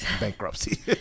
bankruptcy